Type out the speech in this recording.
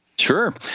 Sure